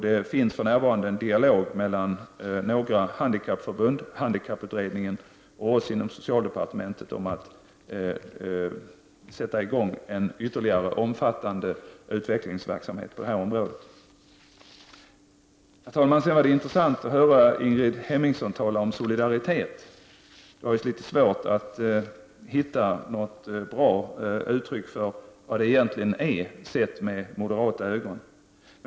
Det pågår för närvarande en dialog mellan några handikappförbund, handikapputredningen och oss i socialdepartementet om att sätta i gång ytterligare en omfattande utvecklingsverksamhet på det här området. Herr talman! Det var intressant att höra Ingrid Hemmingsson tala om solidaritet. Det var visst litet svårt att hitta något bra uttryck för vad det egentligen är, sett med moderata ögon.